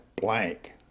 blank